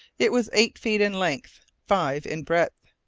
it was eight feet in length, five in breadth.